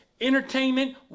entertainment